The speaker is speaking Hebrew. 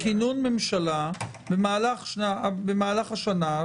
של כינון ממשלה במהלך השנה,